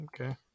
okay